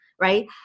right